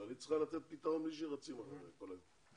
היא צריכה לתת פתרון בלי שרצים אחריה כל היום.